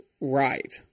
right